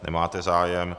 Nemáte zájem.